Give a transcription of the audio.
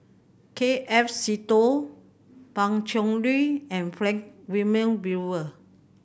K F Seetoh Pan Cheng Lui and Frank Wilmin Brewer